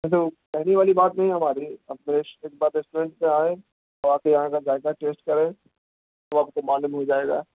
نہیں تو کہنے والی بات نہیں ہماری آپ ایک بار ریسٹورینٹ پہ آئیں تو آپ کے یہاں کا ذائقہ ٹیسٹ کریں تو آپ کو معلوم ہو جائے گا